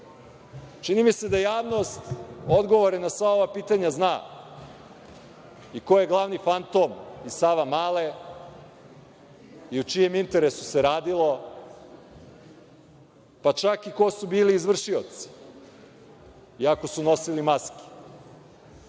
mi se da javnost odgovore na sva pitanja zna, i ko je glavni fantom Savamale, i u čijem interesu se radilo, pa čak i ko su bili izvršioci, iako su nosili maske,